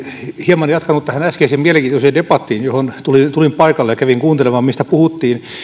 hieman jatkanut tähän äskeiseen mielenkiintoiseen debattiin johon tulin tulin paikalle ja kävin kuuntelemaan mistä puhuttiin